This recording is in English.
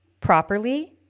properly